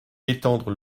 étendre